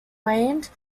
waned